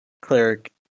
cleric